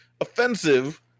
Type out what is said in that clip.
offensive